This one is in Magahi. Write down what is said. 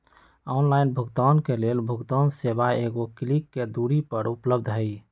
ऑनलाइन भुगतान के लेल भुगतान सेवा एगो क्लिक के दूरी पर उपलब्ध हइ